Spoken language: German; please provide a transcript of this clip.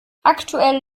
aktuell